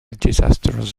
disasters